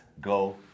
go